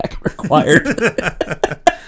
Required